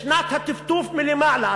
משנת הטפטוף מלמעלה.